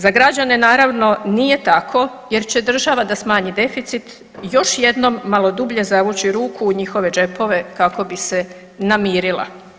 Za građane naravno nije tako jer će država da smanji deficit još jednom malo dublje zavući ruku u njihove džepove kako bi se namirila.